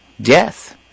death